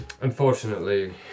Unfortunately